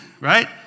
right